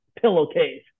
pillowcase